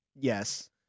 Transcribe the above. Yes